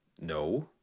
No